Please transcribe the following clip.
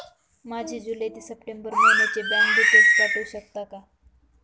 माझे जुलै ते सप्टेंबर महिन्याचे बँक डिटेल्स पाठवू शकता का?